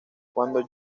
cuando